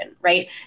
right